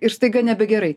ir staiga nebegerai